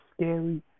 scary